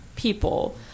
People